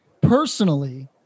personally